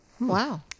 Wow